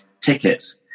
tickets